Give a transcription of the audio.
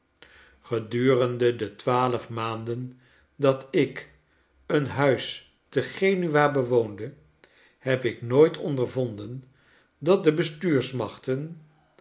gedurende de twaalf maanden dat ik een huis te genua bewoonde heb ik nooit ondervonden dat de